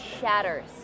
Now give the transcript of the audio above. shatters